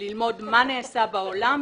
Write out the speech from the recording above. כדי ללמוד מה נעשה בעולם.